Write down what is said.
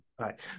right